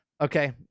Okay